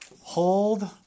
Hold